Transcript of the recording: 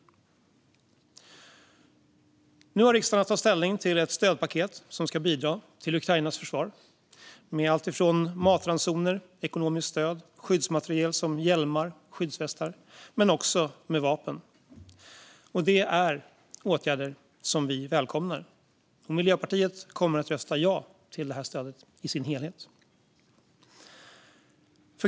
Nu har riksdagen att ta ställning till att bidra till Ukrainas försvar med alltifrån matransoner, ekonomiskt stöd och skyddsmateriel till hjälmar, skyddsvästar och även vapen. Det är åtgärder som vi välkomnar. Miljöpartiet kommer att rösta ja till det här stödet i dess helhet.